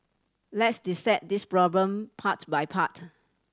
let's dissect this problem parts by part